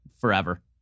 forever